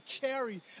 carry